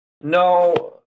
No